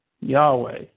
Yahweh